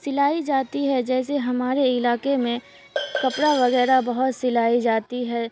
سلائی جاتی ہے جیسے ہمارے علاقے میں کپڑا وغیرہ بہت سلائی جاتی ہے